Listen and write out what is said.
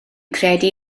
credu